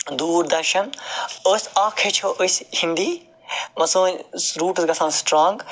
دوٗر درشن اکھ ہیٚچھو أسۍ ہندی سٲنۍ روٗٹس گَژھَن سٹرانٛگ